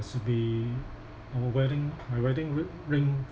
has to be our wedding my wedding ri~ ring